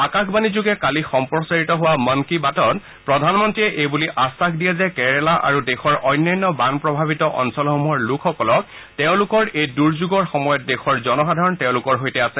আকাশবাণীযোগে কালি সম্প্ৰচাৰিত হোৱা মন কী বাতত প্ৰধানমন্ত্ৰীয়ে এই বুলি আখাস দিয়ে যে কেৰালা আৰু দেশৰ অন্যান্য বান প্ৰভাৱিত অঞ্চলসমূহৰ লোকসকলক তেওঁলোকৰ এই দূৰ্যোগৰ সময়ত দেশৰ জনসাধাৰণ তেওঁলোকৰ সৈতে আছে